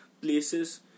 places